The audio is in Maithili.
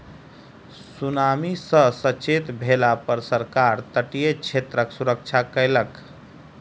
सुनामी सॅ सचेत भेला पर सरकार तटीय क्षेत्रक सुरक्षा कयलक